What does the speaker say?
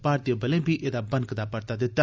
भारतीय बलें बी एदा बनकदा परता दिता